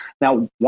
Now